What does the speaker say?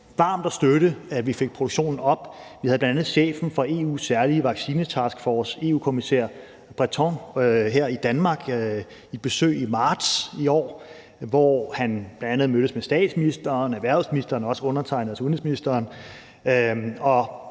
varmt at støtte, at vi fik produktionen op i tempo. Vi havde bl.a. chefen for EU's særlige vaccinetaskforce, EU-kommissær Thierry Breton, på besøg her i Danmark i marts i år, hvor han bl.a. mødtes med statsministeren, erhvervsministeren og undertegnede, altså udenrigsministeren,